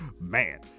Man